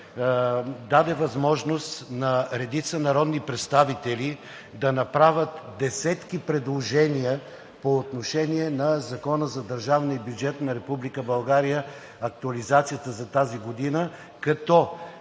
даде възможност на редица народни представители да направят десетки предложения по отношение на Закона за държавния бюджет на Република България, актуализацията за тази година, като